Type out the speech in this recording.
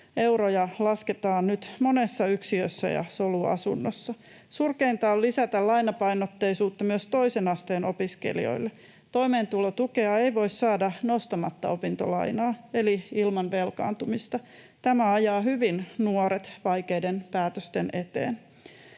Euroja lasketaan nyt monessa yksiössä ja soluasunnossa. Surkeinta on lisätä lainapainotteisuutta myös toisen asteen opiskelijoille. Toimeentulotukea ei voi saada nostamatta opintolainaa eli ilman velkaantumista. Tämä ajaa hyvin nuoret vaikeiden päätösten eteen.